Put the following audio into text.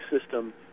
system